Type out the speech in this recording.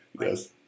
Yes